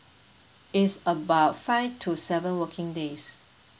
it's about five to seven working days